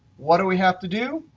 what do we have to do?